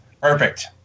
Perfect